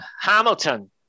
Hamilton